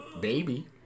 baby